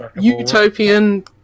utopian